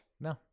No